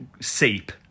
seep